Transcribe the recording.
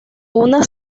una